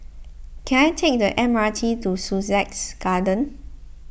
can I take the M R T to Sussex Garden